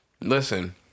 Listen